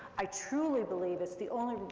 i truly believe it's the only,